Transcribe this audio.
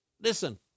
listen